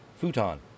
futon